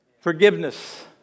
Forgiveness